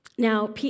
Now